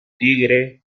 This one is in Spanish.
tigre